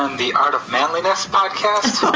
um the art of manliness podcast,